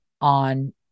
on